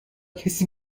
کسی